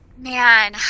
Man